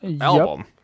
album